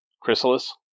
Chrysalis